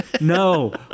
No